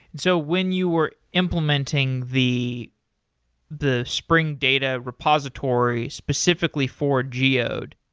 so when you were implementing the the spring data repository specifically for geode,